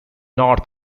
north